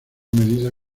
medida